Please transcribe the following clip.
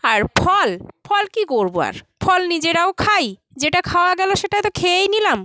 আর ফল ফল কী করব আর ফল নিজেরাও খাই যেটা খাওয়া গেলো সেটা তো খেয়েই নিলাম